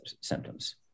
symptoms